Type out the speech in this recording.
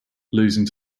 losing